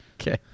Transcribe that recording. Okay